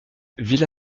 villa